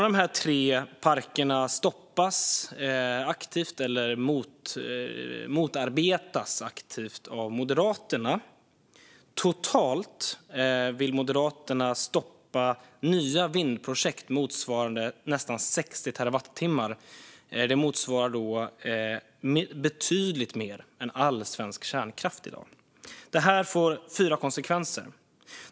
De här tre parkerna stoppas eller motarbetas aktivt av Moderaterna. Totalt vill Moderaterna stoppa nya vindkraftsprojekt motsvarande nästan 60 terawattimmar. Det motsvarar betydligt mer än all svensk kärnkraft i dag. Det här får fyra konsekvenser.